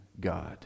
God